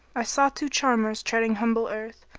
i saw two charmers treading humble earth.